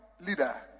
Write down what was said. leader